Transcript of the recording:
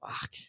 Fuck